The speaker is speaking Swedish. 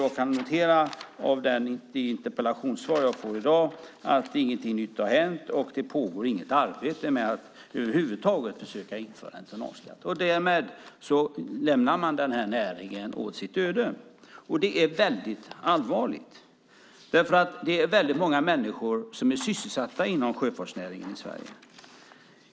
Av det interpellationssvar jag får i dag kan jag utläsa att ingenting nytt har hänt. Det pågår över huvud taget inget arbete med att försöka införa en tonnageskatt. Därmed lämnar man den här näringen åt sitt öde. Det är mycket allvarligt. Det är väldigt många människor som är sysselsatta inom sjöfartsnäringen i Sverige.